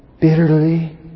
bitterly